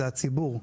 הציבור.